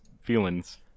feelings